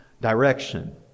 direction